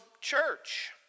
church